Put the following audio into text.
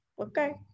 okay